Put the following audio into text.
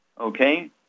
Okay